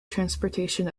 transportation